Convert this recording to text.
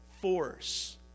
force